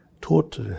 taught